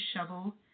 shovel